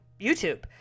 YouTube